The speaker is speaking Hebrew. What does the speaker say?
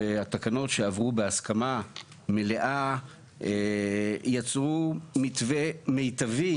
והתקנות שעברו בהסכמה מלאה יצרו מתווה מיטבי,